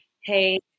Hey